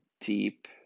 deep